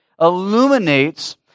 illuminates